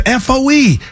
FOE